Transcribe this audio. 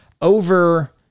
over